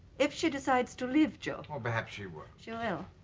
if she decides to leave jo. oh perhaps she will. she will